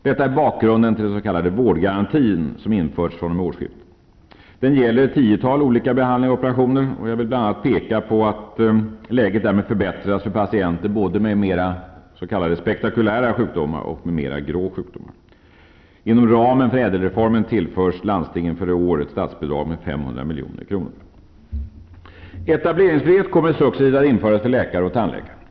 Detta är bakgrunden till den s.k.vårdgarantin, som införts vid årsskiftet. Den gäller ett tiotal olika behandlingar och operationer. Jag vill bl.a. peka på att läget därmed förbättrats för patienter både med ''spektakulära'' och med mer ''grå'' sjukdomar. Etableringsfrihet kommer successivt att införas för läkare och tandläkare.